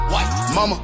Mama